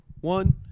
one